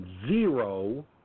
zero